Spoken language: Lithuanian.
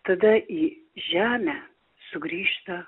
tada į žemę sugrįžta